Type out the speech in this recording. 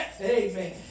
Amen